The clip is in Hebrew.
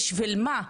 בשביל מה?